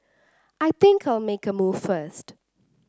I think I'll make a move first